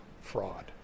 fraud